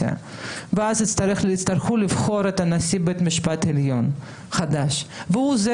ואז יצטרכו לבחור את נשיא חדש לבית המשפט העליון והוא זה